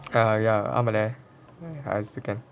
ah ya ஆமா:aamaa lah I also scared